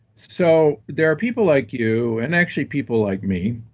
so there are people like you and actually people like me,